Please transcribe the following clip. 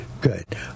Good